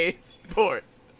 Sports